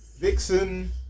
Vixen